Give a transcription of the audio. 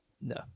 No